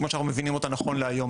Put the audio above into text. כמו שאנו מבינים אותה נכון להיום,